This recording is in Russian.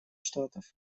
штатов